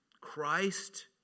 Christ